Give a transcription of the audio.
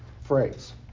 phrase